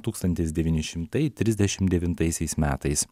tūkstantis devyni šimtai trisdešim devintaisiais metais